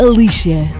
Alicia